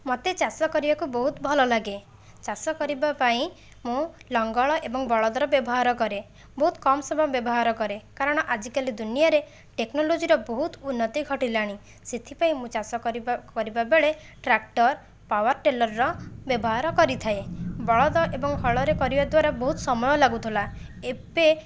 ମୋତେ ଚାଷ କରିବାକୁ ବହୁତ ଭଲ ଲାଗେ ଚାଷ କରିବା ପାଇଁ ମୁଁ ଲଙ୍ଗଳ ଏବଂ ବଳଦର ବ୍ୟବହାର କରେ ବହୁତ କମ୍ ସମୟ ବ୍ୟବହାର କରେ କାରଣ ଆଜିକାଲି ଦୁନିଆରେ ଟେକ୍ନୋଲୋଜିର ବହୁତ ଉନ୍ନତି ଘଟିଲାଣି ସେଥିପାଇଁ ମୁଁ ଚାଷ କରିବା କରିବା ବେଳେ ଟ୍ରାକ୍ଟର ପାୱାରଟିଲ୍ଲର୍ର ବ୍ୟବହାର କରିଥାଏ ବଳଦ ଏବଂ ହଳରେ କରିବା ଦ୍ୱାରା ବହୁତ ସମୟ ଲାଗୁଥିଲା ଏବେ